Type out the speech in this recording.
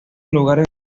lugares